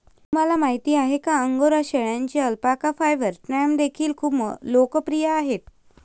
तुम्हाला माहिती आहे का अंगोरा शेळ्यांचे अल्पाका फायबर स्टॅम्प देखील खूप लोकप्रिय आहेत